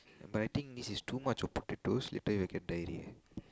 but I think this is too much of potatoes later you'll get diarrhoea